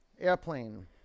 Airplane